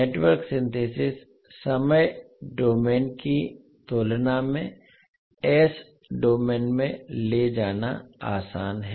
network synthesis समय domain की तुलना में s डोमेन में ले जाना आसान है